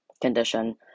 condition